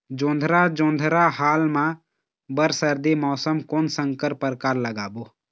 जोंधरा जोन्धरा हाल मा बर सर्दी मौसम कोन संकर परकार लगाबो?